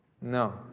No